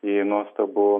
į nuostabų